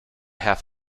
half